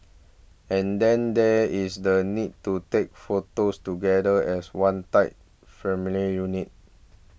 and then there is the need to take photos together as one tight familial unit